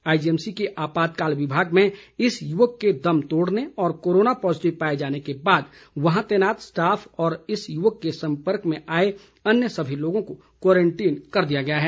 IGMC के आपातकाल विभाग में इस युवक के दम तोड़ने और कोरोना पॉज़िटिव पाए जाने के बाद वहां तैनात स्टाफ और इस युवक के सम्पर्क में आए अन्य सभी लोगों को क्वारंटीन कर दिया गया है